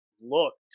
looked